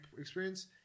experience